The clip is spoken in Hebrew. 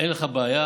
אין לך בעיה,